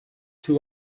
two